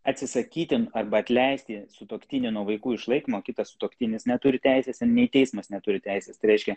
atsisakyti arba atleisti sutuoktinį nuo vaikų išlaikymo kitas sutuoktinis neturi teisės ir nei teismas neturi teisės tai reiškia